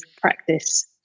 practice